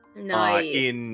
Nice